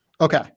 Okay